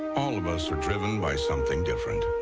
all of us are driven by something different.